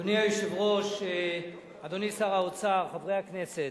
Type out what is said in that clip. אדוני היושב-ראש, אדוני שר האוצר, חברי הכנסת,